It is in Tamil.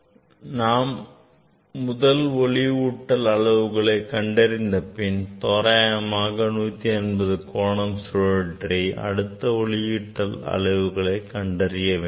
முதலில் நாம் முதல் ஒளியூட்டல் அளவுகளை கண்டறிந்து கொண்டு பின் தோராயமாக 180 டிகிரி கோணம் சுழற்றி அடுத்த ஒளியூட்டல் அளவுகளை கண்டறிய வேண்டும்